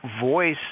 voice